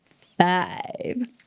five